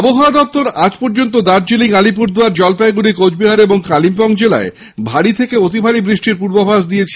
আবহাওয়া দপ্তর আজ পর্যন্ত দার্জিলিং আলিপুরদুয়ার জলপাইগুড়ি কোচবিহার ও কালিম্পং জেলায় ভারী থেকে অতি ভারী বৃষ্টির পূর্বাভাস দিয়েছে